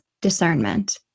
discernment